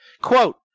Quote